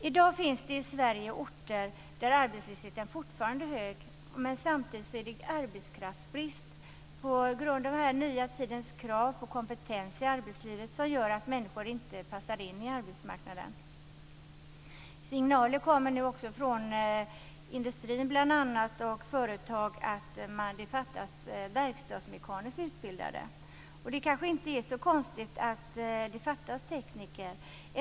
I dag finns det i Sverige orter där arbetslösheten fortfarande är hög, men samtidigt är det arbetskraftsbrist på grund av den nya tidens ökade krav på kompetens i arbetslivet som gör att människor inte passar in på arbetsmarknaden. Signaler har nu också kommit från bl.a. industri och företag att det fattas verkstadsmekaniskt utbildade. Det är kanske inte så konstigt att det saknas tekniker.